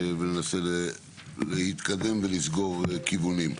וננסה להתקדם ולסגור כיוונים.